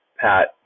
Pat